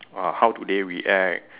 uh how do they react